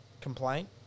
complaint